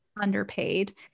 underpaid